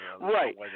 Right